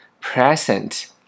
Present